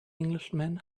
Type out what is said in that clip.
englishman